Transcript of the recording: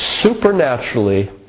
supernaturally